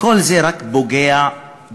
כל זה רק פוגע באמינות